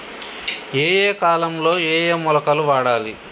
ఏయే కాలంలో ఏయే మొలకలు వాడాలి?